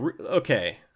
okay